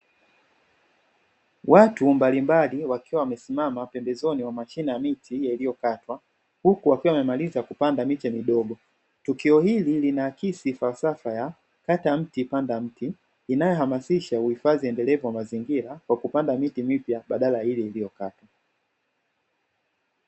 Watu mbalimbali wakiwa wamesimama pembezoni mwa mashine ya miti iliyokatwa, huku wakiwa wamemaliza kupanda miti midogo. Tukio hili linakisi falsafa ya "Kata Mti Panda Mti", inayohamasisha uhifadhi endelevu wa mazingira kwa kupanda miti mipya badala ya ile iliyokatwa.